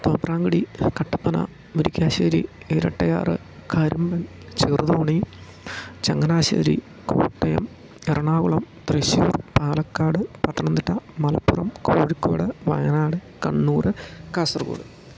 Thopramkudy Kattappana Murickassery Erattayar Karimban Cheruthoni Changanassery Kottayam Ernakulam Thrissur Palakkad Pathanamthitta Malappuram Kozhikode Wayanad Kannur Kasaragod